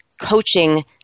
coaching